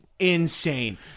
insane